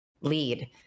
lead